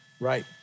Right